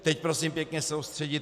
Teď se prosím pěkně soustředit.